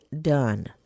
done